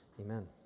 Amen